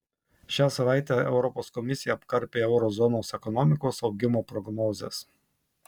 šią savaitę europos komisija apkarpė euro zonos ekonomikos augimo prognozes